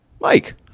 Mike